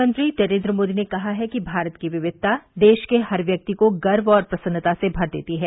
प्रधानमंत्री नरेन्द्र मोदी ने कहा है कि भारत की विविधता देश के हर व्यक्ति को गर्व और प्रसन्नता से भर देती है